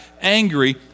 angry